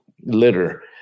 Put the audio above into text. litter